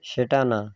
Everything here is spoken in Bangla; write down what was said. সেটা না